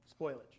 spoilage